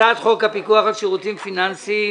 הצעת חוק הפיקוח על שירותים פיננסיים